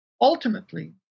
Ultimately